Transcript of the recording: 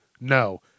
No